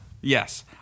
Yes